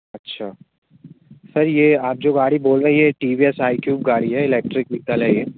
अच्छा सर ये आप जो गाड़ी बोल रहे हैं टी वी एस आई क्यूब गाड़ी है इलेक्ट्रिक वेहीकल है ये